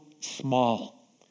small